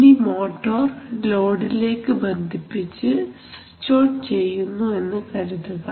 ഇനി മോട്ടോർ ലോഡിലേക്ക് ബന്ധിപ്പിച്ച് സ്വിച്ച് ഓൺ ചെയ്യുന്നു എന്ന് കരുതുക